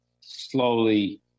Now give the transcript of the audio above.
slowly